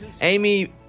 Amy